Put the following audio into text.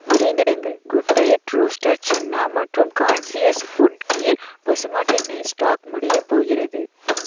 விரைந்திடுங்கள் good diet roasted chana மற்றும் conscious food kheer பசுமாட்டு நெய் ஸ்டாக் முடியப் போகிறது